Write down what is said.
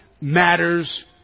matters